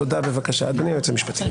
בבקשה, אדוני היועץ המשפטי.